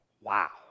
Wow